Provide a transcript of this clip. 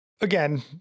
again